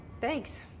Thanks